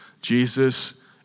Jesus